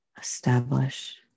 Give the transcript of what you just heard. Establish